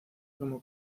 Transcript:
como